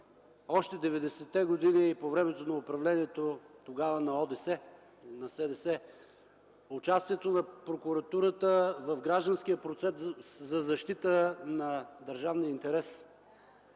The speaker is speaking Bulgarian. още 90-те години по времето на управлението, тогава на ОДС, на СДС – участието на прокуратурата в гражданския процес за защита на държавния интерес.